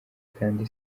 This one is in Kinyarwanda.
kandi